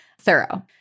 thorough